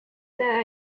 that